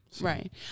Right